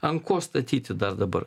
ant ko statyti dar dabar